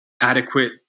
adequate